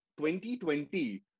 2020